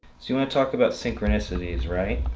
so you wanna talk about synchronicities right?